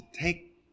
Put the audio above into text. take